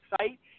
site